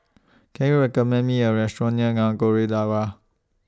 Can YOU recommend Me A Restaurant near Nagore Dargah